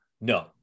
No